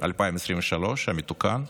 2023 המתוקן,